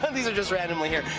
these are just randomly here.